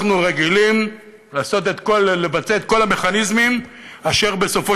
אנחנו רגילים לבצע את כל המכניזמים אשר בסופו